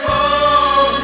oh